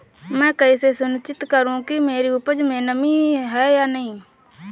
मैं कैसे सुनिश्चित करूँ कि मेरी उपज में नमी है या नहीं है?